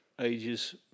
ages